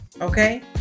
okay